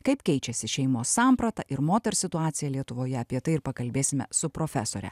kaip keičiasi šeimos samprata ir moters situacija lietuvoje apie tai ir pakalbėsime su profesore